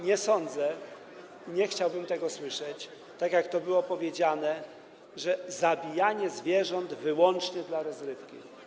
Nie sądzę, i nie chciałbym tego słyszeć, tak jak to było powiedziane, że jest to zabijanie zwierząt wyłącznie dla rozrywki.